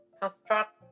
construct